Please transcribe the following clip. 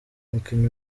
umukinnyi